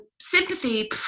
sympathy